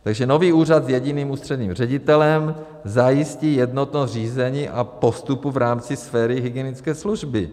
Takže nový úřad s jediným ústředním ředitelem zajistí jednotnost řízení a postupu v rámci sféry hygienické služby.